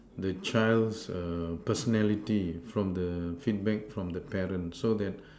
the child's err personality from the feedback from the parent so that